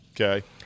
Okay